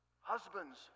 husbands